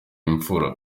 imfura